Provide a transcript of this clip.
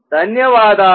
ధన్యవాదాలు